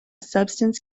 substance